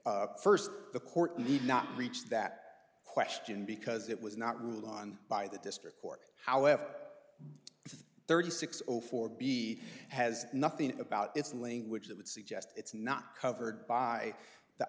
claim first the court need not reach that question because it was not ruled on by the district court however thirty six zero four b has nothing about its language that would suggest it's not covered by the